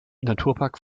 naturpark